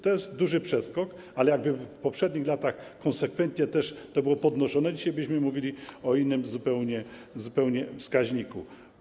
To jest duży przeskok, ale jakby w poprzednich latach konsekwentnie też to było podnoszone, dzisiaj byśmy mówili o zupełnie innym wskaźniku.